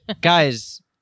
Guys